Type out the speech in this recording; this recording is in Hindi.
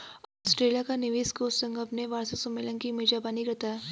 ऑस्ट्रेलिया का निवेश कोष संघ अपने वार्षिक सम्मेलन की मेजबानी करता है